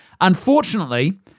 Unfortunately